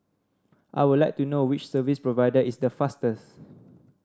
I would like to know which service provider is the fastest